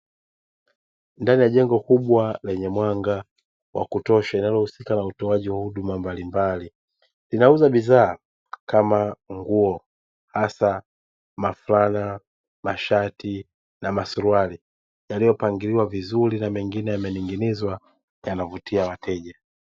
Ndani ya jengo kubwa lenye mwanga wa kutosha linalo husika na utoaji wa huduma mbalimbali inauza bidhaa kama nguo hasa mafulana, mashati na masuruhali yaliyopangiliwa vizuri na mengine yananing'iningwa yanavutia wateja.